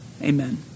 Amen